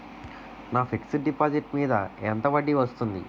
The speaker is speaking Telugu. నా ఫిక్సడ్ డిపాజిట్ మీద ఎంత వడ్డీ వస్తుంది?